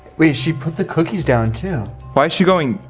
wait she put the cookies down too. why is she going.